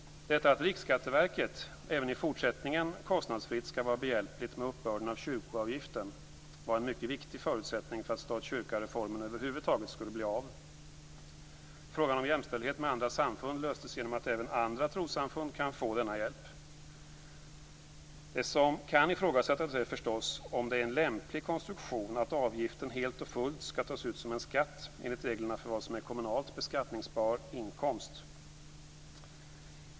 Detta att Riksskatteverket även i fortsättningen kostnadsfritt skall vara behjälpligt med uppbörden av kyrkoavgiften var en mycket viktig förutsättning för att stat-kyrka-reformen över huvud taget skulle bli av. Frågan om jämställdhet med andra samfund löstes genom att även andra trossamfund kan få denna hjälp. Det som kan ifrågasättas är förstås om det är en lämplig konstruktion att avgiften helt och fullt skall tas ut som en skatt enligt reglerna för vad som är kommunalt beskattningsbar inkomst.